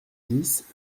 dix